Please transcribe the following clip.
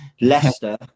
Leicester